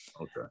Okay